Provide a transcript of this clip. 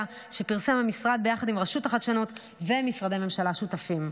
שפרסם המשרד יחד עם רשות החדשנות ומשרדי הממשלה שותפים.